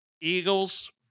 Eagles